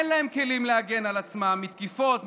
אין להם כלים להגן על עצמם מתקיפות,